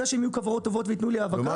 שהן יהיו כוורות טובות ויתנו לי האבקה.